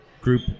group